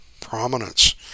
prominence